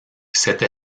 cette